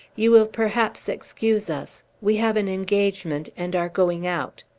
you will perhaps excuse us. we have an engagement, and are going out.